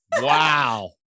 Wow